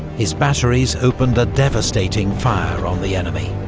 his batteries opened a devastating fire on the enemy.